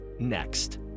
Next